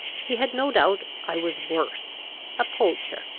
he had no doubt i was worse a poacher,